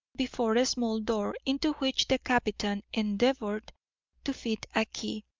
before a small door into which the captain endeavoured to fit a key.